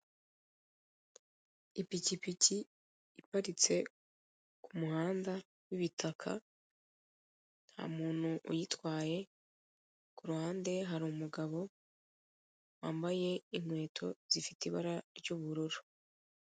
Ipikipiki iparitse ku muhanda w'ibitaka, nta muntu uyitwaye, ku ruhande hari umugabo wambaye inkweto zifite ibara ry'ubururu.